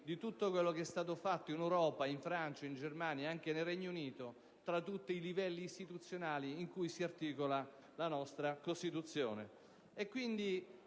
di quanto è stato fatto in Europa, in Francia, in Germania e nel Regno Unito, tra tutti i livelli istituzionali in cui si articola la nostra Costituzione.